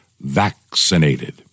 vaccinated